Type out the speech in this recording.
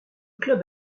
club